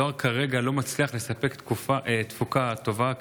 הדואר כרגע לא מצליח לספק תפוקה טובה,